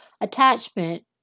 attachment